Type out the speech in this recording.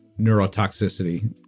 neurotoxicity